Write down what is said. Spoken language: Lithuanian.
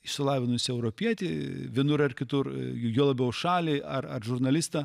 išsilavinusį europietį vienur ar kitur juo labiau šalį ar ar žurnalistą